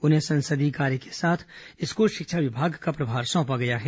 उन्हें संसदीय कार्य के साथ स्कूल शिक्षा विभाग का प्रभार सौंपा गया है